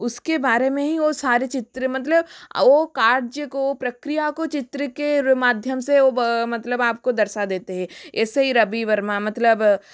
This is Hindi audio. उसके बारे में ही वह सारे चित्र मतलब वह कागज़ को प्रक्रिया को चित्र के रु माध्यम से वह मतलब आपको दर्शा देते हैं एसे ही रवि वर्मा मतलब